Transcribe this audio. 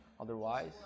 Otherwise